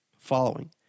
following